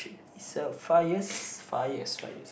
is a five years five years five years